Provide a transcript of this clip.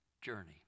journey